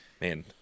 man